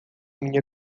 minha